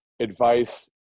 advice